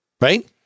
Right